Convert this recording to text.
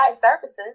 services